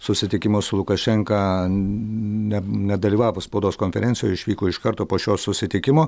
susitikimo su lukašenka ne nedalyvavo spaudos konferencijoj išvyko iš karto po šio susitikimo